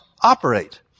operate